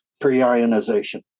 pre-ionization